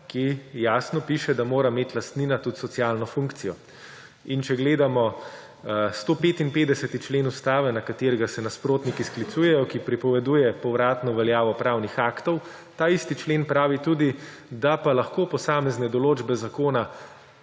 ki jasno piše, da mora imeti lastnina tudi socialno funkcijo. In če gledamo 155. člen Ustave, na katerega se nasprotniki sklicujejo, ki prepoveduje povratno veljavo pravnih aktov, ta isti člen pravi tudi, da pa lahko posamezne določbe zakona